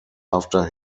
after